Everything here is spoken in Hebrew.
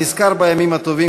אני נזכר בימים הטובים,